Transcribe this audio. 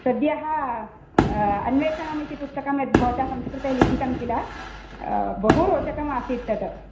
सद्यः अन्वेषणम् इति पुस्तकं यत् भवता संस्कृते लिखितं किल बहु रोचकमासीत् तत्